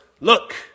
Look